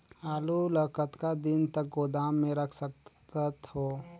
आलू ल कतका दिन तक गोदाम मे रख सकथ हों?